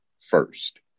first